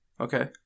Okay